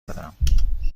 دادم